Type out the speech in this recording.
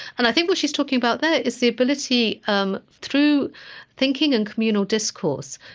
and i think what she's talking about there is the ability um through thinking and communal discourse,